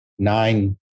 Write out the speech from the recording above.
nine